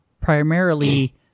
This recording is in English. primarily